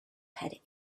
had